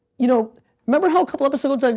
you know remember how a couple episodes, like